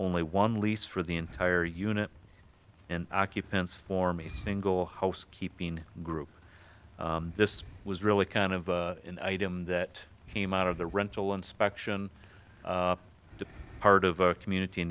only one lease for the entire unit and occupants form a single house keeping group this was really kind of an item that came out of the rental inspection part of a community